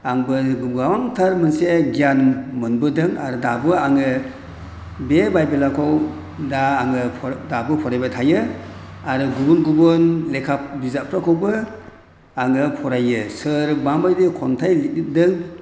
आंबो गोबांथार मोनसे गियान मोनबोदों आरो दाबो आङो बे बाइबेलखौ दा आङो दाबो फरायबाय थायो आरो गुबुन गुबुन लेखा बिजाबफोरखौबो आङो फरायो सोर माबायदि खन्थाइ लिरदों